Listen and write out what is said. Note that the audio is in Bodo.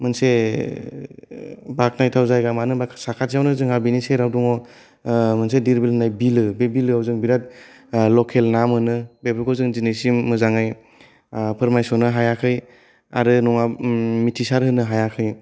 मोनसे बाख्नायथाव जायगा मानो होनबा साखाथियावनो जोंहा बेनि सेराव दङ मोनसे धिर बिलो होन्नाय बिलो बे बिलोआव जों बिराट लकेल ना मोनो बेफोरखौ जों दिनैसिम मोजाङै फोरमायस'नो हायाखै आरो नङा मिथिसार होनो हायाखै